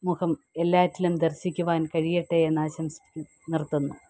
മുഖം എല്ലാറ്റിലും ദർശിക്കുവാൻ കഴിയട്ടെ എന്ന് ആശംസിച്ച് നിർത്തുന്നു